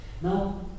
Now